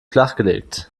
flachgelegt